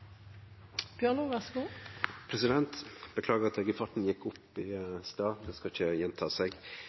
Beklagar at eg gjekk bort frå talarstolen i stad, president. Det skal ikkje gjenta seg.